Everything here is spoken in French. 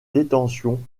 détention